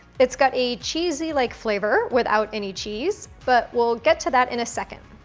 it's got a cheesy-like flavor without any cheese but we'll get to that in a second.